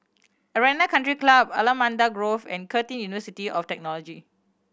Arena Country Club Allamanda Grove and Curtin University of Technology